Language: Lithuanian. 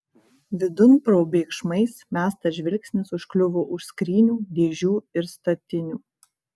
vidun probėgšmais mestas žvilgsnis užkliuvo už skrynių dėžių ir statinių